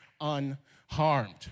unharmed